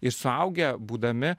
ir suaugę būdami